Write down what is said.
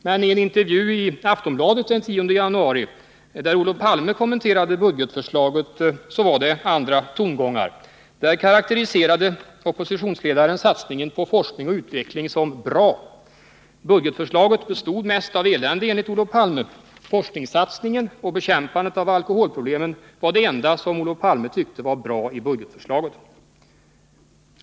Men i en intervju i Aftonbladet den 10 januari, där Olof Palme kommenterade budgetförslaget, var det andra tongångar. Där karakteriserade oppositionsledaren satsningen på forskning och utveckling som ”bra”. Budgetförslaget bestod enligt Olof Palme mest av ”elände”. Satsningen på forskning och bekämpandet av alkoholproblemen var det enda som Olof Palme tyckte var bra i budgetförslaget.